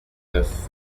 neuf